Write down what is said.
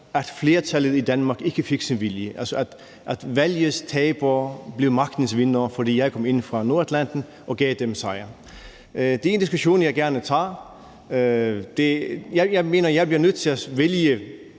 at flertallet i Danmark ikke fik sin vilje, altså at valgets tabere blev magtens vindere, fordi jeg kom ind fra Nordatlanten og gav dem sejren. Det er en diskussion, jeg gerne tager. Jeg mener, at jeg bliver nødt til at pege